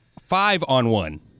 five-on-one